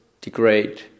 degrade